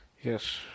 Yes